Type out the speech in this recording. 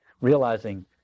realizing